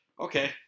Okay